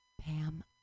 Pam